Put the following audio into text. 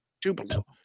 Tupelo